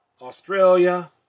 Australia